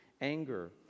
anger